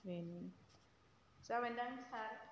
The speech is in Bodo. बेनो जाबायदां सार